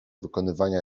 wykonywania